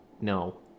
No